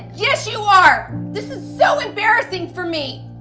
yes, you are. this is so embarrassing for me.